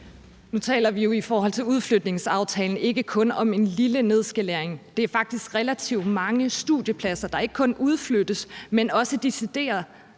Nu taler vi jo i forhold til udflytningsaftalen ikke kun om en lille nedskalering. Det er faktisk relativt mange studiepladser, der ikke kun udflyttes, men decideret